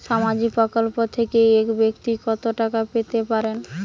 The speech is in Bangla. সামাজিক প্রকল্প থেকে এক ব্যাক্তি কত টাকা পেতে পারেন?